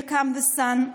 Here Comes the Sun,